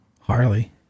Harley